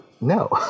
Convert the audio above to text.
no